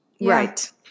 Right